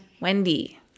Wendy